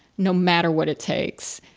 no matter what it takes,